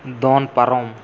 ᱫᱚᱱ ᱯᱟᱨᱚᱢ